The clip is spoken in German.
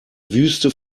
wüste